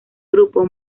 grupo